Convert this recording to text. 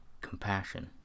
compassion